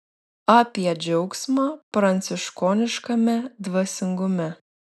apie džiaugsmą pranciškoniškame dvasingume